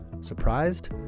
Surprised